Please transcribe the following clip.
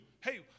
hey